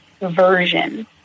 version